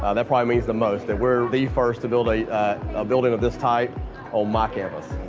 ah that probably means the most, that we're the first to build a building of this type on my campus.